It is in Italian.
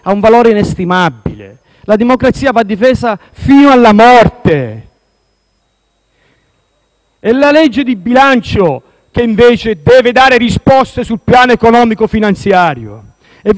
È la legge di bilancio che invece deve dare risposte sul piano economico-finanziario. E voi come avete deciso di spendere i soldi della legge di bilancio, i soldi dei cittadini?